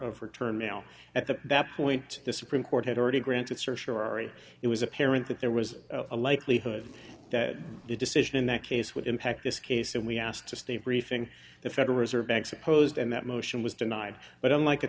return mail at the that point the supreme court had already granted search or it was apparent that there was a likelihood that the decision in that case would impact this case and we asked to stay briefing the federal reserve bank supposed and that motion was denied but unlike